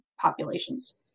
populations